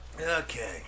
okay